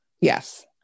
Yes